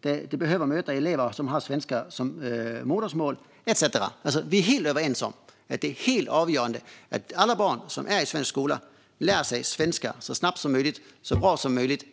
De behöver möta elever som har svenska som modersmål, etcetera. Vi är helt överens om att det är helt avgörande att alla barn som går i svensk skola lär sig svenska så snabbt och så bra som möjligt.